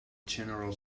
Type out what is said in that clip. general